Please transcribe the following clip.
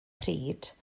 pryd